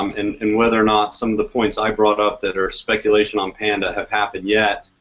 um and and whether or not some of the points i brought up that are speculation on panda have happened yet,